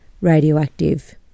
radioactive